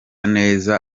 neza